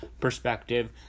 perspective